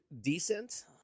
decent